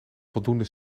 voldoende